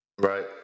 Right